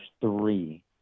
three